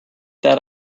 that